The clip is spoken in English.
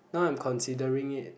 now I'm considering it